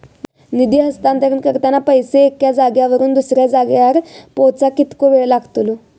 निधी हस्तांतरण करताना पैसे एक्या जाग्यावरून दुसऱ्या जाग्यार पोचाक कितको वेळ लागतलो?